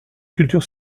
cultures